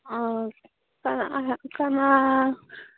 ꯑꯥ ꯀꯅꯥ